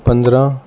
پندرہ